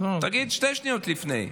תגיד שתי שניות לפני.